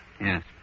Yes